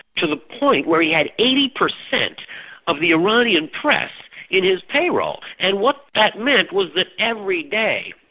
to the point where he had eighty percent of the iranian press in his payroll. and what that meant was that every day,